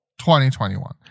2021